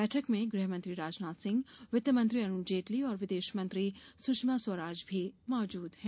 बैठक में गृहमंत्री राजनाथ सिंह वित्तमंत्री अरूण जेटली और विदेश मंत्री सुषमा स्वराज भी मौजूद हैं